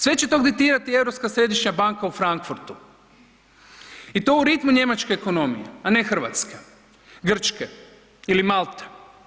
Sve će to diktirati Europska središnja banka u Frankfurtu i to u ritmu njemačke ekonomije, a ne Hrvatske, Grčke ili Malte.